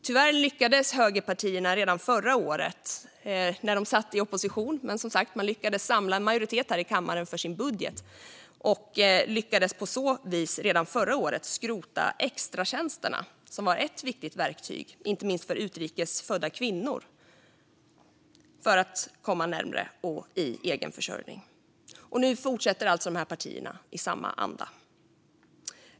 Trots att högerpartierna satt i opposition förra året lyckades de tyvärr samla en majoritet för sin budget och skrota extratjänsterna, som var ett viktigt verktyg inte minst för utrikes födda kvinnor att komma närmare egen försörjning. Nu fortsätter dessa partier i samma anda.